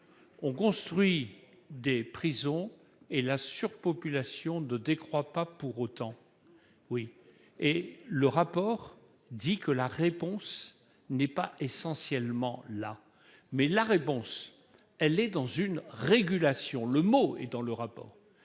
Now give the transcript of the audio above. On construit des prisons et la surpopulation 2 décroît pas pour autant. Oui et le rapport dit que la réponse n'est pas essentiellement la mais la réponse elle est dans une régulation. Le mot et dans le rapport.